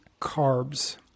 carbs